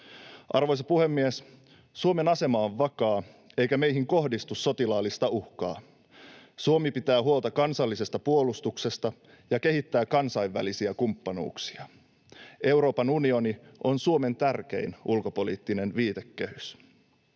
Arvoisa puhemies! Suomen asema on vakaa, eikä meihin kohdistu sotilaallista uhkaa. Suomi pitää huolta kansallisesta puolustuksesta ja kehittää kansainvälisiä kumppanuuksia. Euroopan unioni on Suomen tärkein ulkopoliittinen viitekehys.